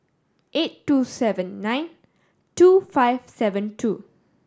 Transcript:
eight two seven nine two five seven two